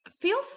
feel